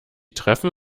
treffen